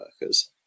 Workers